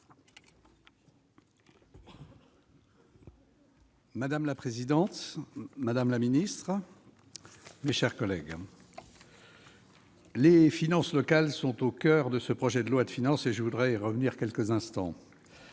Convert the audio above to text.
Madame la présidente, madame la ministre, mes chers collègues, les finances locales sont au coeur de ce projet de loi de finances, et je tiens à revenir quelques instants